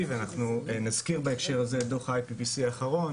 ואנחנו נזכיר בהקשר הזה את דו"ח ה-IPBC האחרון,